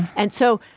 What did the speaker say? and so,